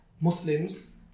Muslims